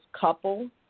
couple